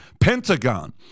Pentagon